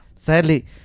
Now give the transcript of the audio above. Sadly